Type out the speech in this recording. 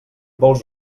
vols